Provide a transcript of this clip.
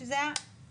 שזה היה פסיכי,